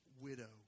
widow